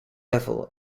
level